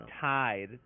tied